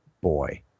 boy